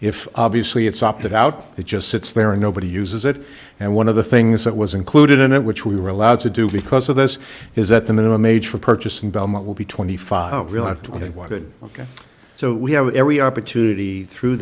if obviously it's opt out it just sits there and nobody uses it and one of the things that was included in it which we were allowed to do because of this is that the minimum age for purchasing belmont will be twenty five really on what good ok so we have every opportunity through